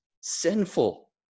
sinful